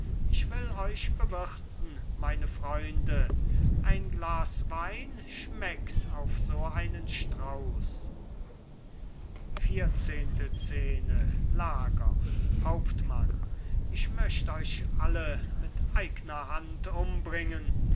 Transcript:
ich will euch bewirten meine freunde ein glas wein schmeckt auf so einen strauß hauptmann hauptmann ich möcht euch alle mit eigner hand umbringen